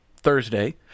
Thursday